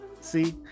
See